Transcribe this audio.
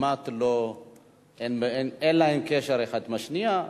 כמעט אין להן קשר אחת עם השנייה,